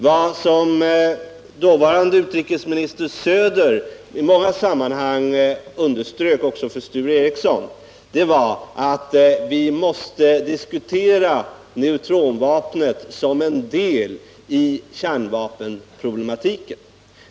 Vad dåvarande utrikesministern Söder i många sammanhang underströk — också för Sture Ericson — var att vi måste diskutera neutronvapnet som en del av kärnvapenproblematiken.